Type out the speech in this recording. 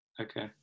Okay